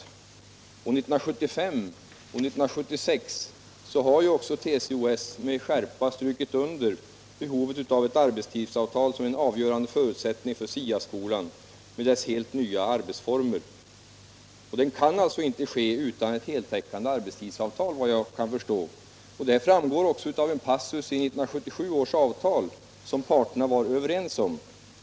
Åren 1975 och 1976 har också TCO-S med skärpa strukit under behovet av ett arbetstidsavtal som en avgörande förutsättning för SIA-skolan med dess helt nya arbetsformer. Den kan, efter vad jag förstår, inte genomföras utan ett heltäckande arbetstidsavtal. Det framgår också av en passus i 1977 års avtal, som parterna var överens: om.